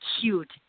cute